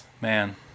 man